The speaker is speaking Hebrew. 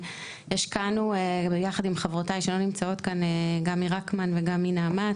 גם מרקמן וגם מנעמת